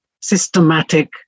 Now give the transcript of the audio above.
systematic